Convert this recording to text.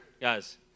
Guys